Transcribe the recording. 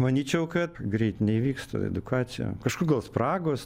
manyčiau kad greit neįvyksta edukacija kažkur gal spragos